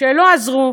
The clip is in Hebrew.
שלא עזרו,